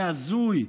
זה הזוי.